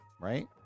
right